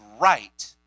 right